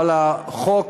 אבל החוק